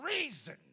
reason